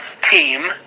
team